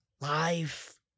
life